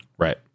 right